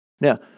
Now